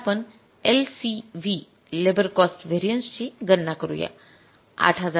तर आता आपण LCV लेबर कॉस्ट व्हेरिएन्सेस ची गणना करूया